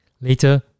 Later